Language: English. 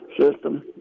system